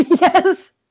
Yes